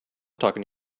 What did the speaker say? talking